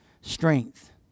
strength